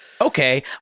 okay